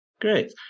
Great